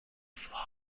flaw